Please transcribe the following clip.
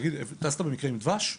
טסת במקרה עם דבש?